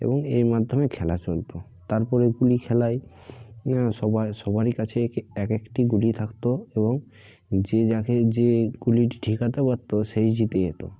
এবং এর মাধ্যমে খেলা চলত তার পরে গুলি খেলায় সবার সবারই কাছে এক একটি গুলি থাকত এবং যে যাকে যে গুলি ঠেকাতে পারত সেই জিতে যেত